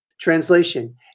Translation